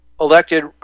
elected